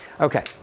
Okay